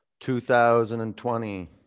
2020